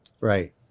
Right